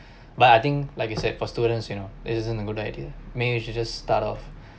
but I think like you for students you know it isn't a good idea maybe you should just to start off